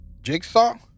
jigsaw